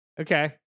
Okay